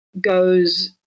goes